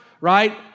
right